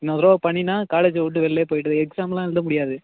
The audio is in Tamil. இன்னொரு தடவை பண்ணீன்னா காலேஜைவிட்டு வெளிலே போயிவிடு எக்ஸாம்லாம் எழுத முடியாது